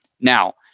Now